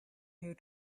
here